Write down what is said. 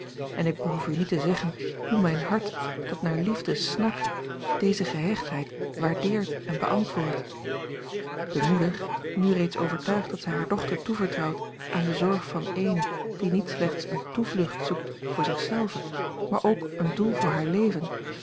en ik behoef u niet te zeggen hoe mijn hart dat naar liefde snakt deze gehechtheid waardeert en beantwoordt de moeder nu reeds overtuigd dat zij hare dochter toevertrouwt aan de zorg a l g bosboom-toussaint langs een omweg van eene die niet slechts eene toevlucht zoekt voor zich zelve maar ook een doel voor haar leven